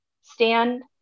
stand